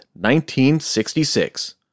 1966